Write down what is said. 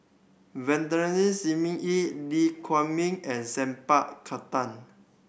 Shi Ming Yi Lee Huei Min and Saint Pa Khattar